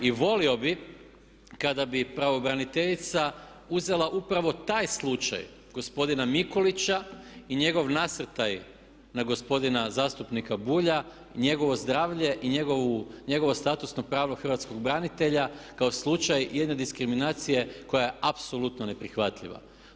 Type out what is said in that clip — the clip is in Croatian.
I volio bih kada bi pravobraniteljica uzela upravo taj slučaj gospodina Mikulića i njegov nasrtaj na gospodina zastupnika Bulja, njegovo zdravlje i njegovo statusno pravo hrvatskog branitelja kao slučaj jedne diskriminacije koja je apsolutno neprihvatljiva.